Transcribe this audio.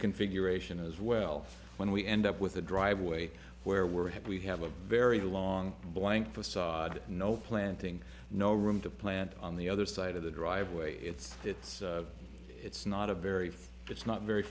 reconfiguration as well when we end up with a driveway where we're at we have a very long blank facade no planting no room to plant on the other side of the driveway it's it's it's not a very it's not very